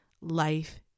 Life